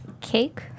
Cake